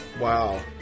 Wow